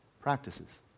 practices